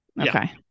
Okay